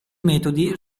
metodi